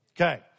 Okay